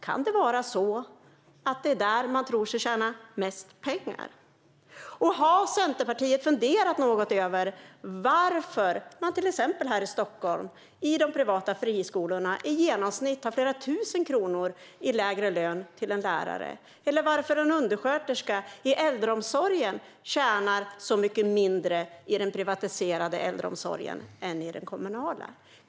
Kan det vara så att det är där man tror sig tjäna mest pengar? Har Centerpartiet funderat något över varför de privata friskolorna, till exempel här i Stockholm, i genomsnitt ger flera tusen kronor mindre i lön till en lärare eller varför en undersköterska i äldreomsorgen tjänar mycket mindre i den privatiserade äldreomsorgen än i den kommunala?